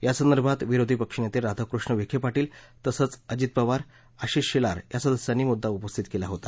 यासंदर्भात विरोधी पक्षनेते राधाकृष्ण विखे पाटील तसंच अजित पवार आशिष शेलार या सदस्यांनी मुद्दा उपस्थित केला होता